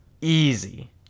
Easy